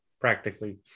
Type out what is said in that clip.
practically